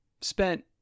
Spent